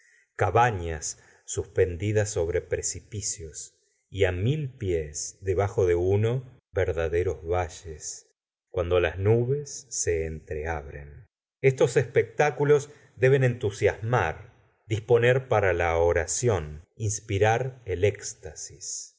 cabañas suspendidas sobre precipicios y á mil pies debajo de uno verdaderos valles cuando las nubes se entreabren estos espectáculos deben entusiasmar disponer para la oración inspirar el éxtasis